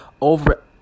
over